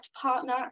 partner